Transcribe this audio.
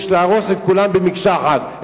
יש להרוס את כולם במקשה אחת,